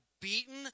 beaten